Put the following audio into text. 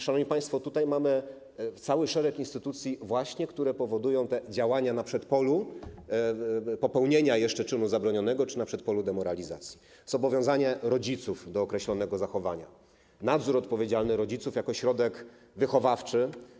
Szanowni państwo, jest tu cały szereg instytucji, które powodują działania jeszcze na przedpolu popełnienia czynu zabronionego czy na przedpolu demoralizacji - zobowiązanie rodziców do określonego zachowania, nadzór odpowiedzialny rodziców jako środek wychowawczy.